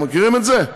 אתם מכירים את זה?